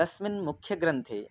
तस्मिन् मुख्यग्रन्थे